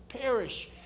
perish